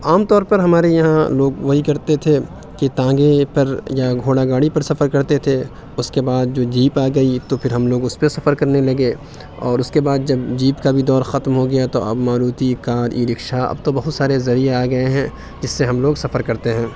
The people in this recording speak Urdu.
عام طور پر ہمارے یہاں لوگ وہی کرتے تھے کہ تانگے پر یا گھوڑا گاڑی پر سفر کرتے تھے اس کے بعد جوں جیپ آ گئی تو پھر ہم لوگ اس پہ سفر کرنے لگے اور اس کے بعد جب جیپ کا بھی دور ختم ہو گیا تو اب ماروتی کار ای رکشا اب تو بہت سارے ذریعے آ گئے ہیں جس سے ہم لوگ سفر کرتے ہیں